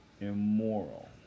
immoral